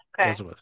Okay